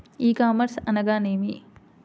E commerce అనగా నేమి?